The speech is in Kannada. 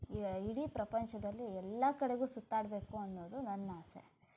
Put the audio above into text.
ಇಡೀ ಪ್ರಪಂಚದಲ್ಲಿ ಎಲ್ಲ ಕಡೆಗೂ ಸುತ್ತಾಡಬೇಕು ಅನ್ನೋದು ನನ್ನ ಆಸೆ